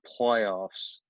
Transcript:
playoffs